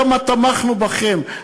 כמה תמכנו בכם,